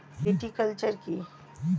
Viticulture কী?